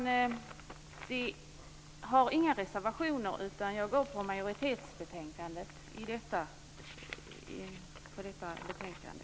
Jag har inga reservationer utan går på majoritetens linje i detta betänkande.